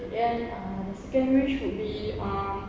and ah the second wish would be ah